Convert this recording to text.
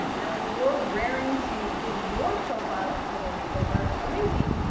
now you're raring to give your profile a total makeover. amazing.